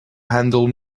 handle